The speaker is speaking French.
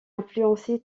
influencé